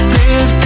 Live